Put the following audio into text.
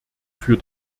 für